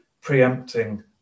preempting